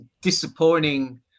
disappointing